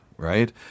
Right